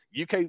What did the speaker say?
UK